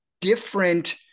different